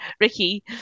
Ricky